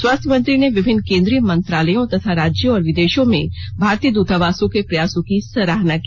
स्वास्थ्य मंत्री ने विभिन्न केन्द्रीय मंत्रालयों तथा राज्यों और विदेशों में भारतीय दृतावासों के प्रयासों की सराहना की